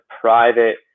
private